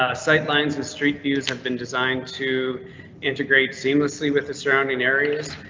ah sight lines with street views have been designed to integrate seamlessly with the surrounding areas.